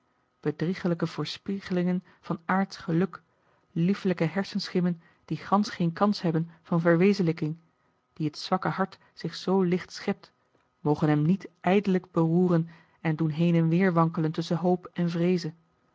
bedriegelijke voorspiegelingen van aardsch geluk liefelijke hersenschimmen die gansch geen kans hebben van verwezenlijking die het zwakke hart zich zoo licht schept mogen hem niet ijdellijk beroeren en doen heen en weêr wankelen tusschen hoop en vreeze